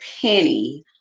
penny